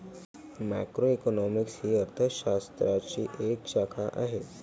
macroeconomics ही अर्थ शास्त्राची एक शाखा आहे